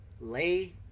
lay